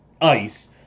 ice